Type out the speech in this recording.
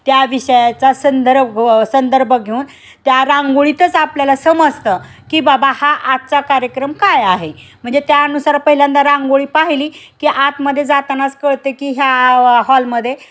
त्या विषयाचा संदर् संदर्भ घेऊन त्या रांगोळीतच आपल्याला समजतं की बाबा हा आजचा कार्यक्रम काय आहे म्हणजे त्यानुसार पहिल्यांदा रांगोळी पाहिली की आतमध्ये जातानाच कळतं की ह्या हॉलमध्ये